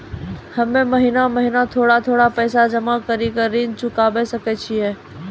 हम्मे महीना महीना थोड़ा थोड़ा पैसा जमा कड़ी के ऋण चुकाबै सकय छियै?